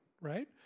right